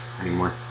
anymore